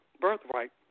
birthright